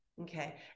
okay